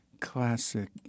Classic